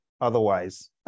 otherwise